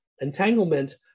entanglement